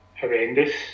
horrendous